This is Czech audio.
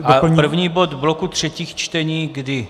A první bod v bloku třetích čtení kdy?